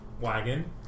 wagon